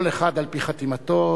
כל אחד על-פי חתימתו,